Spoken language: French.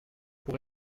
pour